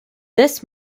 this